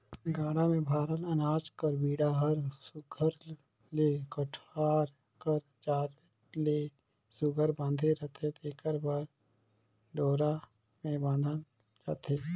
गाड़ा मे भराल अनाज कर बीड़ा हर सुग्घर ले कोठार कर जात ले सुघर बंधाले रहें तेकर बर डोरा मे बाधल जाथे